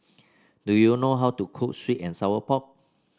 do you know how to cook sweet and Sour Pork